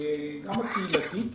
גם הקהילתית,